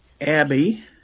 Abby